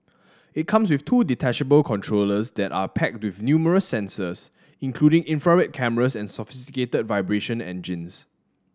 it comes with two detachable controllers that are packed with numerous sensors including infrared cameras and sophisticated vibration engines